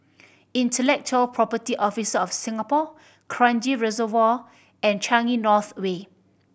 Intellectual Property Office of Singapore Kranji Reservoir and Changi North Way